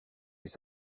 mais